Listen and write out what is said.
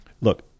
Look